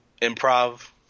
improv